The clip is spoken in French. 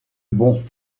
bon